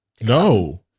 No